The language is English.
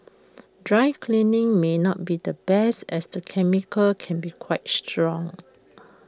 dry cleaning may not be the best as the chemicals can be quite strong